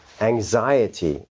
anxiety